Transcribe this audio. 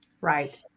Right